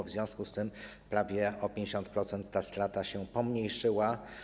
W związku z tym o prawie 50% ta strata się pomniejszyła.